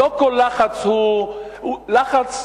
לא כל לחץ הוא, לחץ